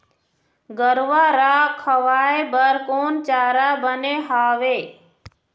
गरवा रा खवाए बर कोन चारा बने हावे?